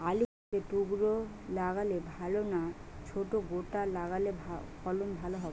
আলু কেটে টুকরো লাগালে ভাল না ছোট গোটা লাগালে ফলন ভালো হবে?